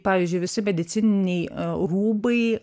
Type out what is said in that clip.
pavyzdžiui visi medicininiai rūbai